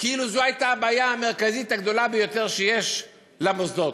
כאילו זאת הייתה הבעיה המרכזית הגדולה ביותר שיש למוסדות.